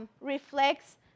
reflects